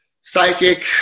psychic